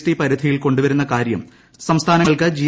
T പരിധിയിൽ കൊണ്ടുവരുന്ന കാര്യം സംസ്ഥാനങ്ങൾക്ക് ജി